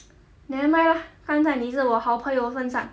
never mind lah 看在你是我好朋友份上